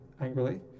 angrily